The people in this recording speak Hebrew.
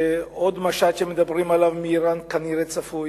ועוד משט שמדברים עליו מאירן כנראה צפוי.